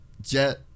Jet